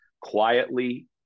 quietly